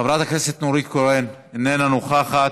חברת הכנסת נורית קורן, איננה נוכחת,